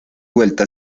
vuelta